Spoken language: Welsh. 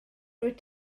rwyt